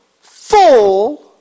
full